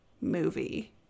movie